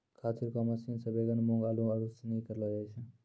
खाद छिड़काव मशीन से बैगन, मूँग, आलू, आरू सनी करलो जाय छै